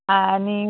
आणि